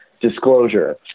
Disclosure